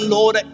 Lord